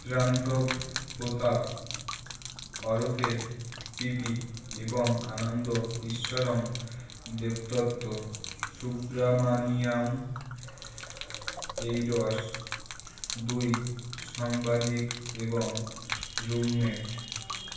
প্রান্তব প্রতাপ ওরফে পিপি এবং আনন্দ ঈশ্বরম দেবতত্ত্ব সুব্রামানিয়াম এইডস দুই সংবাদিক এবং রুমমেট